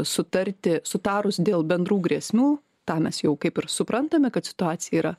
sutarti sutarus dėl bendrų grėsmių tą mes jau kaip ir suprantame kad situacija yra